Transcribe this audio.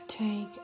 Take